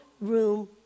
room